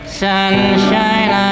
sunshine